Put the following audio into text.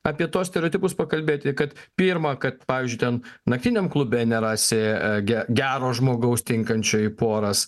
apie tuos stereotipus pakalbėti kad pirma kad pavyzdžiui ten naktiniam klube nerasi ge gero žmogaus tinkančio į poras